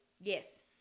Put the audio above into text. Yes